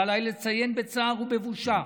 ועליי לציין בצער ובבושה,